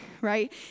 right